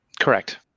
Correct